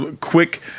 Quick